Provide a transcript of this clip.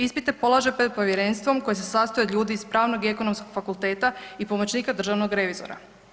Ispite polože pred povjerenstvom koje se sastoji od ljudi iz Pravnog i Ekonomskog fakulteta i pomoćnika državnog revizora.